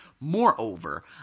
Moreover